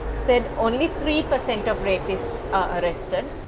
said only three percent of rapists are arrested.